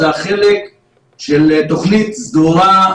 זה החלק של תוכנית סדורה,